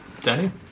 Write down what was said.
Danny